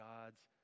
God's